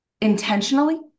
intentionally